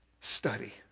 study